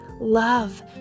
love